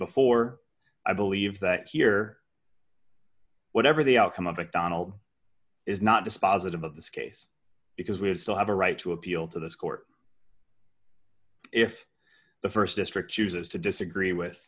before i believe that here whatever the outcome of it donald is not dispositive of this case because we have still have a right to appeal to this court if the st district chooses to disagree with